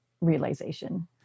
realization